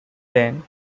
then